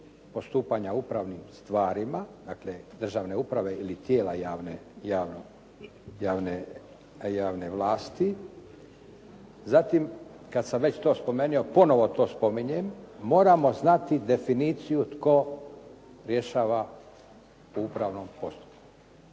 postupanja u upravnim stvarima, dakle državne uprave ili tijela javne vlasti, zatim kad sam već to spomenuo, ponovo to spominjem, moramo znati definiciju tko rješava u upravnom postupku.